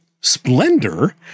Splendor